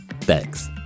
Thanks